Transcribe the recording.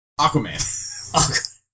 Aquaman